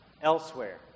Elsewhere